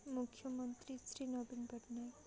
ମୁଖ୍ୟମନ୍ତ୍ରୀ ଶ୍ରୀ ନବୀନ ପଟ୍ଟନାୟକ